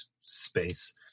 space